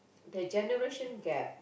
the generation gap